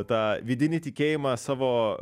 tą vidinį tikėjimą savo